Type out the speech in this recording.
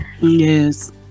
Yes